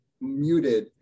muted